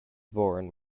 born